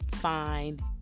Fine